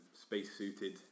space-suited